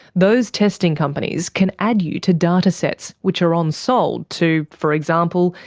those testing companies can add you to datasets which are on-sold to, for example,